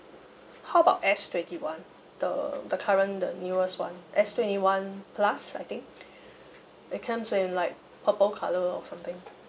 how about S twenty one the the current the newest [one] S twenty one plus I think it comes in like purple colour or something